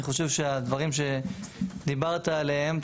אני חושב שהדברים שדיברת עליהם,